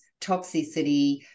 toxicity